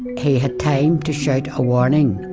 he had time to shout a warning,